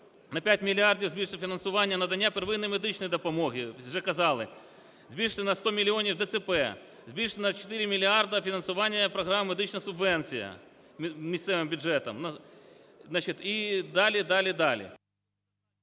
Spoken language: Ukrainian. На 5 мільярдів збільшити фінансування надання первинної медичної допомоги, вже казали, збільшити на 100 мільйонів ДЦП, збільшити на 4 мільярда фінансування програми "Медична субвенція" місцевим бюджетам і далі, далі, далі.